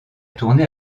tourné